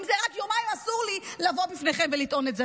אם זה רק יומיים אסור לי לבוא בפניכם ולטעון את זה.